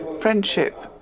friendship